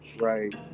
right